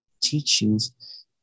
teachings